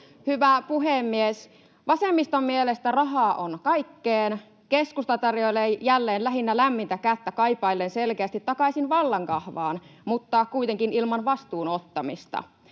Hyvä puhemies! Vasemmiston mielestä rahaa on kaikkeen, keskusta tarjoilee jälleen lähinnä lämmintä kättä kaipaillen selkeästi takaisin vallankahvaan, mutta kuitenkin ilman vastuun ottamista.